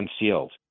unsealed